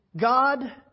God